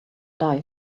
die